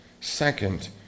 second